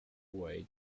way